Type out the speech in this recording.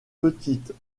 petites